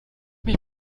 mich